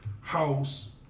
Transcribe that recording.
house